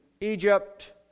Egypt